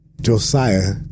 Josiah